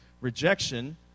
rejection